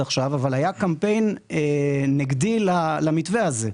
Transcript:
עכשיו אבל היה קמפיין נגדי למתווה הזה.